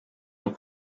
uko